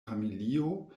familio